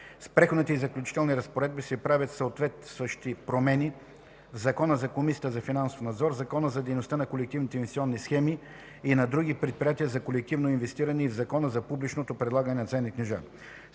С Преходните и заключителни разпоредби се правят съответстващи промени в Закона за комисията за финансов надзор, Закона за дейността на колективните инвестиционни схеми и на други предприятия за колективно инвестиране и в Закона за публично предлагане на ценни книжа.